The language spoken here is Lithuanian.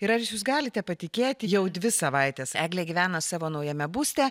ir ar jūs galite patikėti jau dvi savaites eglė gyvena savo naujame būste